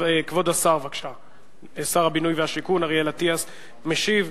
כבוד שר הבינוי והשיכון אריאל אטיאס משיב.